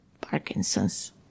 Parkinson's